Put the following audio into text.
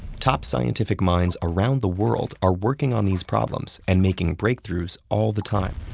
top scientific minds around the world are working on these problems and making breakthroughs all the time.